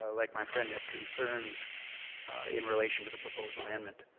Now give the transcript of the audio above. ah like my friend, have concerns in relation to the proposed amendment.